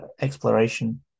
exploration